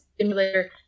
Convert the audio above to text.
simulator